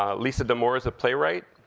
ah lisa d'amour is a playwright.